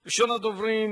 ראשון הדוברים,